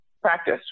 practice